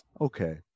okay